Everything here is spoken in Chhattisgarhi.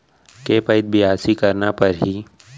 के पइत बियासी करना परहि?